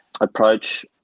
approach